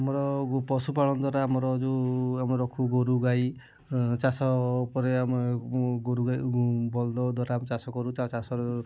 ଆମର ଗୋ ପଶୁପାଳନ ଦ୍ବାରା ଆମର ଯେଉଁ ଆମେ ରଖୁ ଗୋରୁ ଗାଈ ଚାଷ ପରେ ଆମେ ଗୋରୁ ଗାଈ ବଳଦ ଦ୍ଵାରା ଆମେ ଚାଷକରୁ ତା ଚାଷରୁ